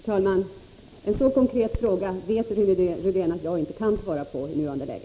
Herr talman! En så konkret fråga vet Rune Rydén att jag inte kan svara på i nuvarande läge.